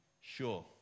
sure